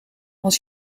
als